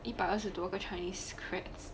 一百二十多个 chinese grads